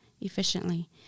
efficiently